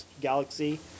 galaxy